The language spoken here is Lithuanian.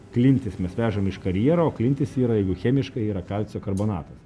klintis mes vežam iš karjero o klintys yra jeigu chemiškai yra kalcio karbonatas